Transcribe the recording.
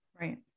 right